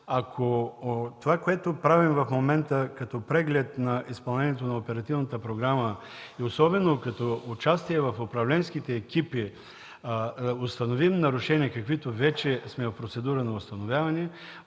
от това, което правим в момента като преглед на изпълнението на оперативната програма и особено като участие в управленските екипи, ако установим нарушения, на каквито вече сме в процедурно установяване,